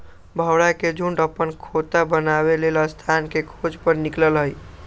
भौरा के झुण्ड अप्पन खोता बनाबे लेल स्थान के खोज पर निकलल हइ